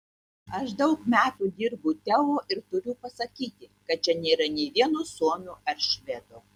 aš daug metų dirbu teo ir turiu pasakyti kad čia nėra nė vieno suomio ar švedo